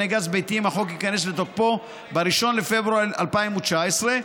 גז ביתיים החוק ייכנס לתוקפו ב-1 בפברואר 2019,